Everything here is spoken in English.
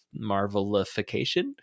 marvelification